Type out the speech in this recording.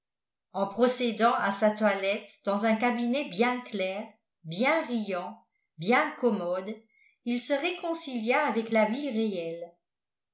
en procédant à sa toilette dans un cabinet bien clair bien riant bien commode il se réconcilia avec la vie réelle